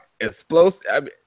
explosive